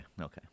Okay